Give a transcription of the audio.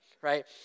right